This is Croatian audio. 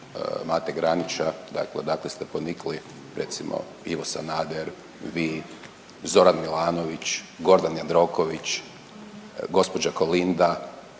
Mate Granića, dakle odakle ste ponikli, recimo, Ivo Sanader, vi, Zoran Milanović, Gordan Jandroković, gđa. Kolinda,